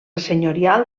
senyorial